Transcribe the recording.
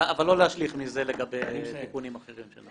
אבל לא להשליך מזה לגבי תיקונים אחרים?